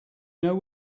know